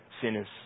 sinners